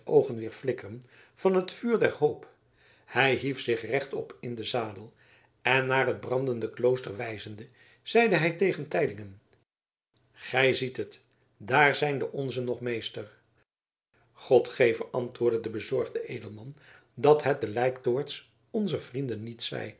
oogen weer flikkeren van het vuur der hoop hij hief zich rechtop in den zadel en naar het brandende klooster wijzende zeide hij tegen teylingen gij ziet het daar zijn de onzen nog meester god geve antwoordde de bezorgde edelman dat het de lijktoorts onzer vrienden niet zij